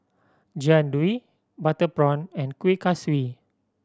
Jian Dui butter prawn and Kuih Kaswi